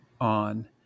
on